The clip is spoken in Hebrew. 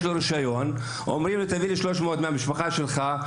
יש לו רישיון ואומרים: תביא לנו 300 מהמשפחה שלך,